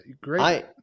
great